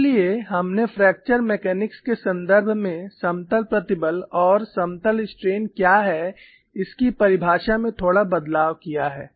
इसलिए हमने fracture mechanics के संदर्भ में समतल प्रतिबल और समतल स्ट्रेन क्या है इसकी परिभाषा में थोड़ा बदलाव किया है